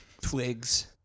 Twigs